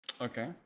Okay